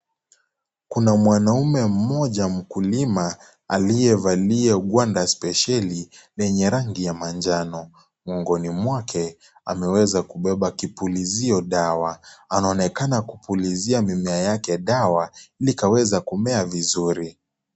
Kuna mwanaume mmoja mkulima aliyevalia gwanda spesheli lenye rangi ya manjano. Mgongoni mwake, ameweza kubeba kipulizio dawa. Anaonekana kupulizia mimea yake dawa ili ikaweza kumea vizuri.